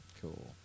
Cool